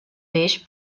peix